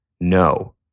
no